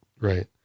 right